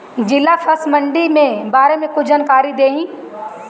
जिला फल मंडी के बारे में कुछ जानकारी देहीं?